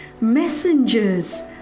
messengers